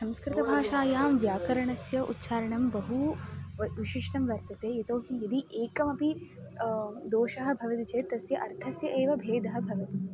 संस्कृतभाषायां व्याकरणस्य उच्चारणं बहु व विशिष्टं वर्तते यतो हि यदि एकमपि दोषः भवति चेत् तस्य अर्थस्य एव भेदः भवन्ति